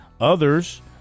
Others